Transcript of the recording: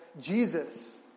Jesus